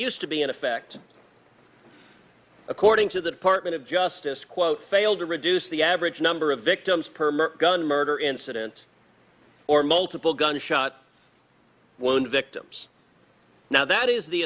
used to be in effect according to the department of justice quote failed to reduce the average number of victims per gun murder incident or multiple gunshot wound victims now that is the